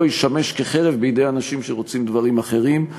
ישמש כחרב בידי אנשים שרוצים דברים אחרים,